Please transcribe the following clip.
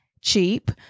cheap